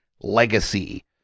Legacy